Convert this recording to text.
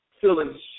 feeling